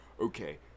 okay